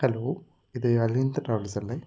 hello ഇത് Alhind travels അല്ലെ